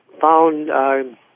found